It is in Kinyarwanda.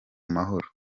mahoro